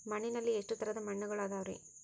ಮಣ್ಣಿನಲ್ಲಿ ಎಷ್ಟು ತರದ ಮಣ್ಣುಗಳ ಅದವರಿ?